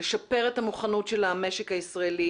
לשפר את המוכנות של המשק הישראלי,